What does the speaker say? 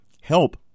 help